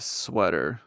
sweater